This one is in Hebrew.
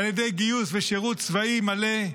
על ידי גיוס ושירות צבאי מלא,